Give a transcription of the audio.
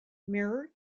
mirror